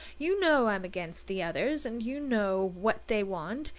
you know i'm against the others, and you know what they want,